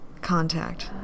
contact